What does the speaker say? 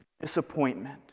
disappointment